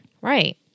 Right